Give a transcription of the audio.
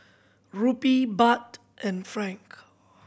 Rupee Baht and Franc